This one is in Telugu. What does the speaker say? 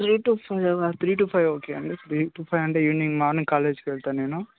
త్రీ టు ఫైవ్ ఏమైనా త్రీ టు ఫైవ్ ఓకే అండి త్రీ టు ఫైవ్ అంటే ఈవెనింగ్ మార్నింగ్ కాలేజ్కు వెళతాను నేను